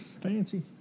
fancy